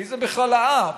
מי זה בכלל העם?